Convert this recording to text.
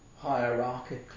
hierarchically